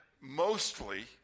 mostly